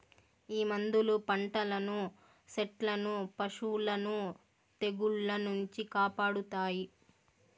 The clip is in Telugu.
ఈ మందులు పంటలను సెట్లను పశులను తెగుళ్ల నుంచి కాపాడతాయి